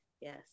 Yes